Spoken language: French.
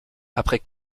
après